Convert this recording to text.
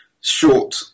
short